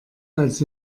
als